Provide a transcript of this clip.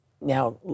Now